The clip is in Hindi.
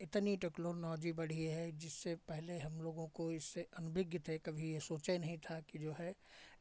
इतनी टेक्नोलॉजी बढ़ी है जिससे पहले हम लोगों को इससे अनभिज्ञ थे कभी ये सोचा ही नहीं था कि जो है